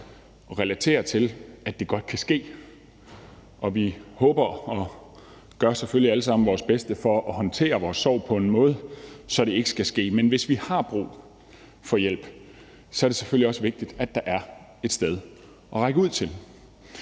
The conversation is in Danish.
at relatere til, at det godt kan ske, og vi håber og gør selvfølgelig alle sammen vores bedste for at håndtere vores sorg på en måde, så det ikke skal ske. Men hvis vi har brug for hjælp, er det selvfølgelig også vigtigt, at der er et sted at række ud til.